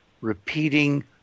repeating